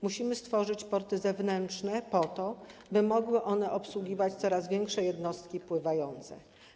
Musimy stworzyć porty zewnętrzne, które mogłyby obsługiwać coraz większe jednostki pływające.